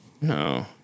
No